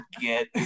get